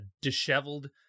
disheveled